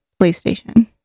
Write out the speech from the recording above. PlayStation